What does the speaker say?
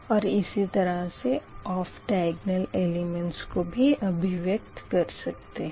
और इसी तरह से ओफ़ दयग्नल एलिमेंट्स को भी अभिव्यक्त कर सकते है